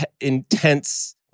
intense